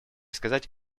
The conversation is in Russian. сказать